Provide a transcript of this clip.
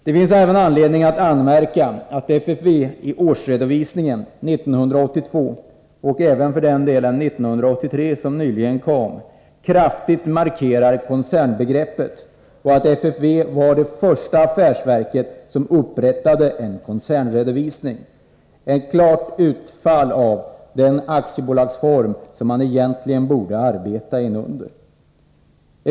Det finns även anledning att anmärka att FFV i årsredovisningen 1982, och även i den för 1983 som nyligen fastställdes, kraftigt markerar koncernbegreppet, och att FFV var det första affärsverk som upprättade en koncernredovisning: ett klart utfall av den aktiebolagsform som man egentligen borde arbeta under.